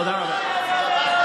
תודה רבה.